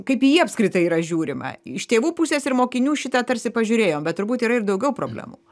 kaip į jį apskritai yra žiūrima iš tėvų pusės ir mokinių šitą tarsi pažiūrėjom bet turbūt yra ir daugiau problemų